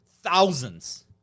Thousands